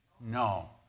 No